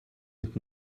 mit